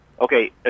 Okay